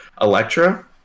Electra